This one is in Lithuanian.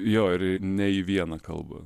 jo ir ne į vieną kalbą